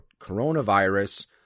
coronavirus